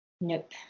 Nope